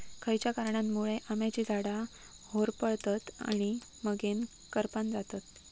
खयच्या कारणांमुळे आम्याची झाडा होरपळतत आणि मगेन करपान जातत?